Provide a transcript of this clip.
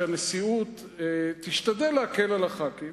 שהנשיאות תשתדל להקל על הח"כים,